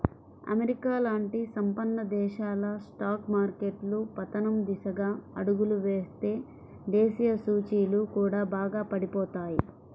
America లాంటి సంపన్న దేశాల స్టాక్ మార్కెట్లు పతనం దిశగా అడుగులు వేస్తే దేశీయ సూచీలు కూడా బాగా పడిపోతాయి